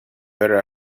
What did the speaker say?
better